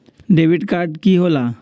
Debit card की होला?